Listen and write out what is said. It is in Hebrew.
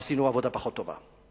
עשינו עבודה פחות טובה,